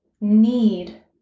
need